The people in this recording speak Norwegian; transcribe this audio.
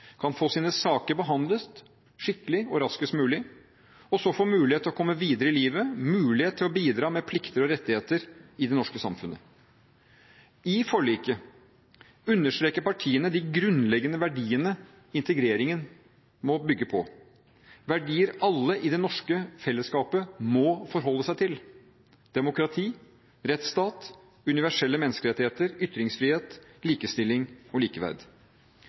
kan få sine saker behandlet skikkelig og raskest mulig, og så få mulighet til å komme videre i livet, mulighet til å bidra med plikter og rettigheter i det norske samfunnet. I forliket understreker partiene de grunnleggende verdiene integreringen må bygge på, verdier alle i det norske fellesskapet må forholde seg til: demokrati, rettsstat, universelle menneskerettigheter, ytringsfrihet, likestilling og likeverd.